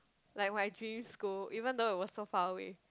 like my dream school even though it was so far away